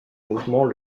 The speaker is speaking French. mouvement